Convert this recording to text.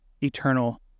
eternal